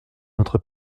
notre